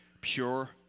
pure